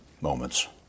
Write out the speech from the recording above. moments